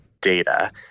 data